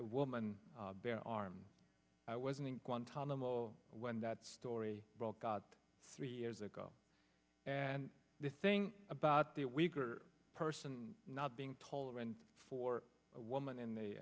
a woman bare arm i wasn't in guantanamo when that story broke out three years ago and the thing about the weaker person not being taller and for a woman